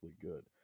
good